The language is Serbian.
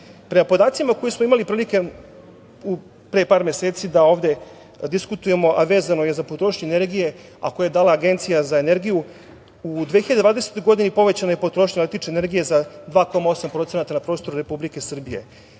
Prema podacima koje smo imali prilike pre par meseci da ovde diskutujemo, a vezano je za potrošnju energije, a koje je dala Agencija za energiju, u 2020. godini povećana je potrošnja električne energije za 2,8% na prostoru Republike Srbije.